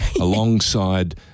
alongside